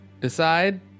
decide